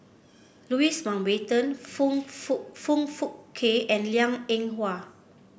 Louis Mountbatten Foong Fook Foong Fook Kay and Liang Eng Hwa